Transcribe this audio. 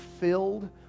filled